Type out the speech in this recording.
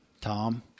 Tom